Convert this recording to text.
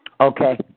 Okay